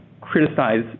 criticize